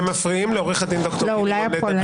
אתם מפריעים לעו"ד ד"ר גיל לימון לדבר.